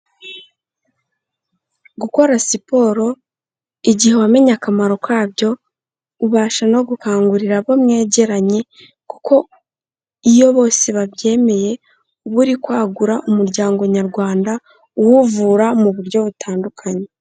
Gukora siporo igihe wamenye akamaro kabyo, ubasha no gukangurira abo mwegeranye, kuko iyo bose babyemeye uba uri kwagura umuryango nyarwanda uwuvura mu buryo butandukanye.